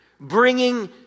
bringing